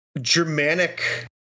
Germanic